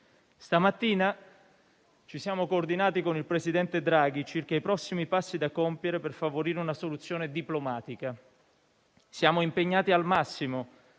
Stamattina ci siamo coordinati con il presidente Draghi circa i prossimi passi da compiere, per favorire una soluzione diplomatica. Siamo impegnati al massimo